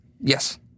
Yes